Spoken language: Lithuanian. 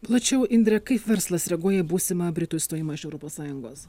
plačiau indre kaip verslas reaguoja į būsimą britų išstojimą iš europos sąjungos